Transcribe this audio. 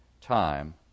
time